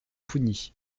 pougny